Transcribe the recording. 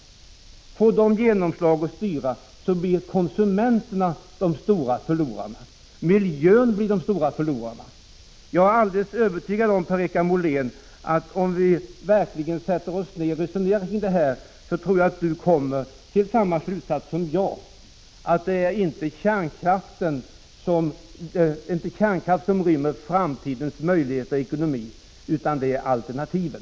Får de genomslag och får styra, så blir konsumenterna och miljön de stora förlorarna. Jag är alldeles övertygad om att om vi verkligen sätter oss ner och resonerar kring det här, kommer Per-Richard Molén till samma slutsats som jag, nämligen att det inte är kärnkraften som rymmer framtidens möjligheter och ekonomi utan alternativen.